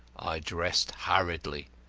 i dressed hurriedly,